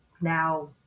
now